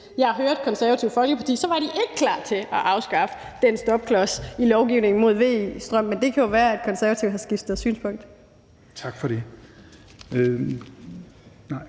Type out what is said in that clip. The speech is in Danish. jeg hørte Det Konservative Folkeparti, var de ikke klar til at afskaffe den stopklods i lovgivningen mod VE-strøm, men det kan jo være, at Konservative har skiftet synspunkt. Kl.